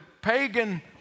pagan